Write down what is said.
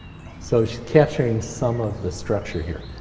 so capturing some of the structure here.